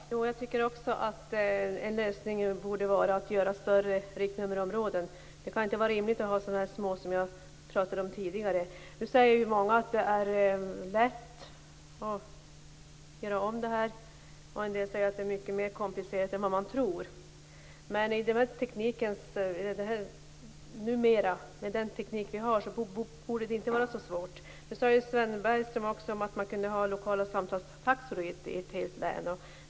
Fru talman! Jag tycker också att en lösning vore att man gör större riknummerområden. Det kan inte vara rimligt att ha så små riktnummerområden, vilket jag talade om tidigare. Nu säger många att det är lätt att göra om detta, medan andra säger att det är mycket mer komplicerat än man tror. Men med den teknik som vi har borde det inte vara så svårt. Sven Bergström sade att man kunde ha lokala samtalstaxor i ett helt län.